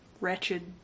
wretched